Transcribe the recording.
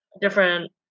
different